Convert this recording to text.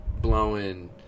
blowing